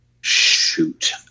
shoot